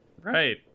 Right